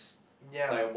ya